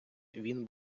він